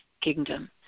kingdom